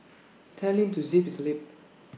tell him to zip his lip